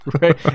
Right